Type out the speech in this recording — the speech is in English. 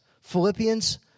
Philippians